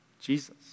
Jesus